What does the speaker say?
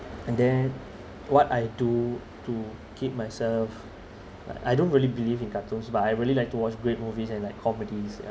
and then what I do to keep myself I don't really believe in cartoons but I really like to watch great movies and like comedies you know